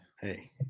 Hey